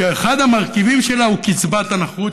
שאחד המרכיבים שלה הוא קצבת הנכות.